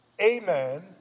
Amen